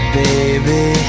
baby